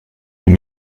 est